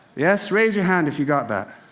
yes? raise your hand if you got that.